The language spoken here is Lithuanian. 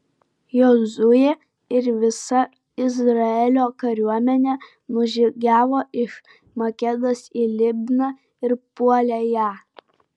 jozuė ir visa izraelio kariuomenė nužygiavo iš makedos į libną ir puolė ją